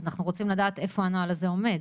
אז אנחנו רוצים לדעת איפה הנוהל הזה עומד,